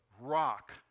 rock